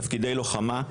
תפקידי לוחמה,